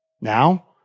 Now